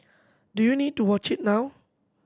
do you need to watch it now